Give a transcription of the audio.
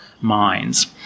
minds